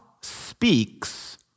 speaks